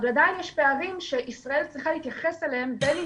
אבל עדיין יש פערים שישראל צריכה להתייחס אליהם בין אם